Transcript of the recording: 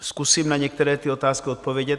Zkusím na některé ty otázky odpovědět.